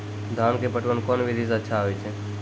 धान के पटवन कोन विधि सै अच्छा होय छै?